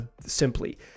simply